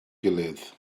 gilydd